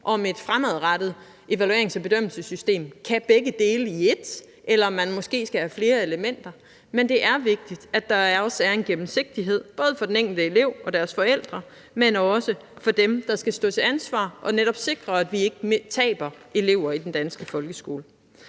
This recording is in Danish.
om et fremadrettet evaluerings- og bedømmelsessystem kan begge dele i et, eller om man måske skal have flere elementer. Men det er vigtigt, at der også er en gennemsigtighed både for den enkelte elev og forældrene, men også for dem, der skal stå til ansvar og netop sikre, at vi ikke taber elever i den danske folkeskole.